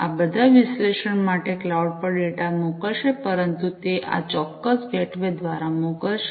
આ બધા વિશ્લેષણ માટે ક્લાઉડ પર ડેટા મોકલશે પરંતુ તે આ ચોક્કસ ગેટવે દ્વારા મોકલશે